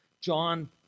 John